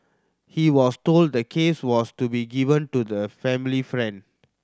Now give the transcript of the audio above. he was told the case was to be given to the family friend